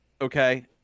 Okay